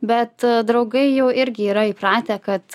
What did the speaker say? bet draugai jau irgi yra įpratę kad